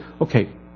okay